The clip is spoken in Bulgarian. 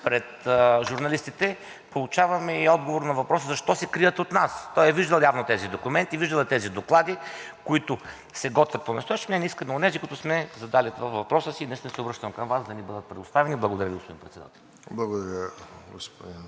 пред журналистите получаваме и отговор на въпроса защо се крият от нас. Той явно е виждал тези документи, виждал е тези доклади, които се готвят понастоящем. Не, ние искаме онези, които сме задали във въпроса си и наистина се обръщам към Вас да ни бъдат предоставени. Благодаря Ви, господин Председател. ПРЕДСЕДАТЕЛ